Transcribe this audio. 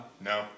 No